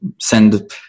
send